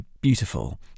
beautiful